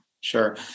sure